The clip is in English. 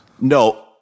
No